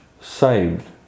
saved